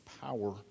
Power